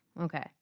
Okay